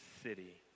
city